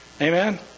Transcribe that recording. Amen